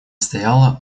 стояла